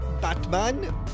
Batman